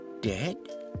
dead